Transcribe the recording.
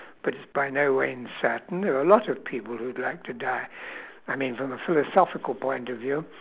but it's by no way uncertain there are a lot of people who would like to die I mean from a philosophical point of view